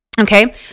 Okay